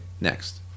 next